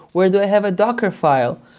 where do i have a docker file?